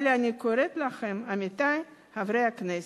אבל אני קוראת לכם, עמיתי חברי הכנסת,